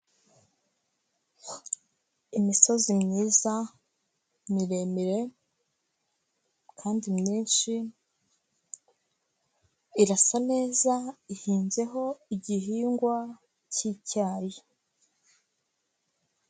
Imisozi myiza miremire kandi myinshi, irasa neza, ihinzeho igihingwa k'icyayi.